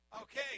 Okay